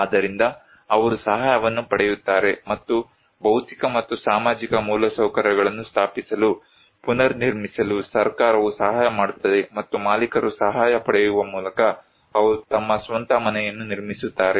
ಆದ್ದರಿಂದ ಅವರು ಸಹಾಯವನ್ನು ಪಡೆಯುತ್ತಾರೆ ಮತ್ತು ಭೌತಿಕ ಮತ್ತು ಸಾಮಾಜಿಕ ಮೂಲಸೌಕರ್ಯಗಳನ್ನು ಸ್ಥಾಪಿಸಲು ಪುನರ್ನಿರ್ಮಿಸಲು ಸರ್ಕಾರವು ಸಹಾಯ ಮಾಡುತ್ತದೆ ಮತ್ತು ಮಾಲೀಕರು ಸಹಾಯ ಪಡೆಯುವ ಮೂಲಕ ಅವರು ತಮ್ಮ ಸ್ವಂತ ಮನೆಯನ್ನು ನಿರ್ಮಿಸುತ್ತಾರೆ